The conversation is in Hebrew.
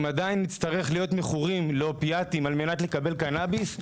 עדיין נצטרך להיות מכורים לאופיאטים על מנת לקבל קנביס.